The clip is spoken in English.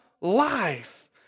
life